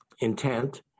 intent